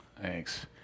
Thanks